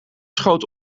schoot